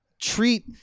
Treat